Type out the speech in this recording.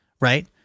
Right